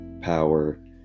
power